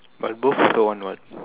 but both also want what